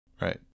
Right